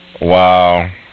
Wow